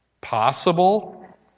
Possible